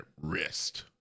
wrist